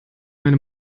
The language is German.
meine